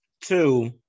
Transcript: Two